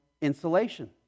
insulation